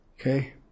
Okay